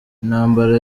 intambara